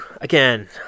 again